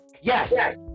Yes